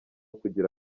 kugira